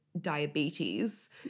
diabetes